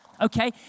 Okay